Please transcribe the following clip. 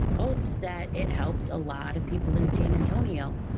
hopes that it helps a lot of people in san antonio.